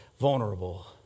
vulnerable